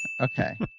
Okay